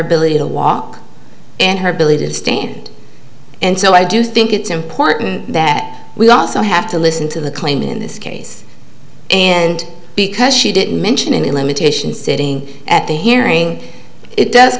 ability to walk and her ability to stand and so i do think it's important that we also have to listen to the claim in this case and because she didn't mention any limitations sitting at the hearing it does